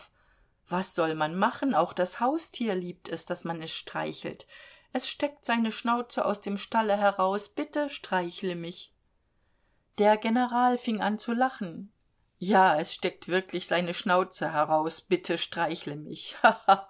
was soll man machen auch das haustier liebt es daß man es streichelt es steckt seine schnauze aus dem stalle heraus bitte streichle mich der general fing an zu lachen ja es steckt wirklich seine schnauze heraus bitte streichle mich